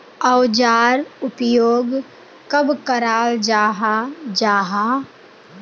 औजार उपयोग कब कराल जाहा जाहा?